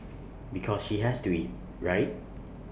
because she has to eat right